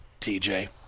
TJ